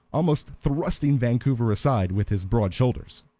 almost thrusting vancouver aside with his broad shoulders.